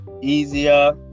easier